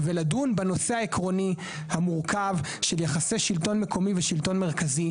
ולדון בנושא העקרוני המורכב של יחסי שלטון מקומי ושלטון מרכזי.